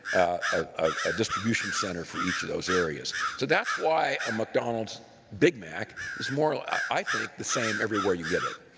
a distribution center for each of those areas, so that's why an mcdonald's big mac is more i think the same everywhere you get it.